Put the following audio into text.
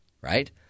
right